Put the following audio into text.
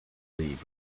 leave